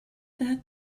that